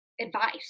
advice